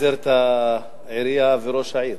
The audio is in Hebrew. ואז שר הפנים מפזר את העירייה וראש העיר.